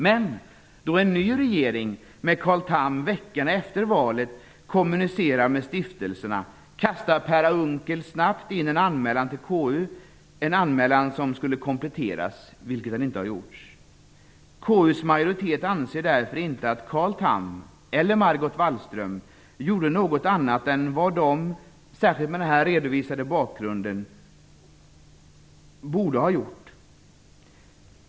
Men då en ny regering med Carl Tham veckorna efter valet kommunicerar med stiftelserna kastar Per Unckel snabbt in en anmälan till KU, en anmälan som skulle kompletteras, vilket inte har gjorts. KU:s majoritet anser därför inte att Carl Tham eller Margot Wallström gjorde något annat än vad de, särskilt med den här redovisade bakgrunden, bort göra.